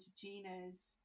Gina's